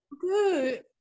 Good